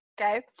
Okay